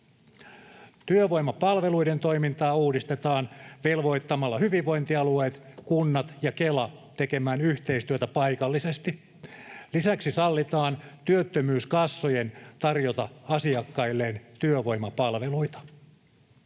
Työvoimapalveluiden toimintaa uudistetaan velvoittamalla hyvinvointialueet, kunnat ja Kela tekemään yhteistyötä paikallisesti. Lisäksi sallitaan työttömyyskassojen tarjota asiakkailleen työvoimapalveluita.